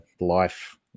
life